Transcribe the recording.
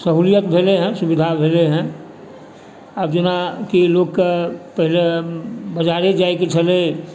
सहूलियत भेलै हँ सुविधा भेलै हँ आब जेना कि लोकके पहिने बजारे जेबाक छलै